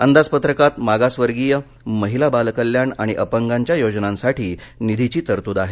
अंदाजपत्रकात मागासवर्गीय महिला बालकल्याण आणि अपंगांच्या योजनांसाठी निधीची तरतूद आहे